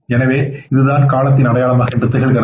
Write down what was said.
எனவே இதுதான் காலத்தின் அடையாளமாக திகழ்கிறது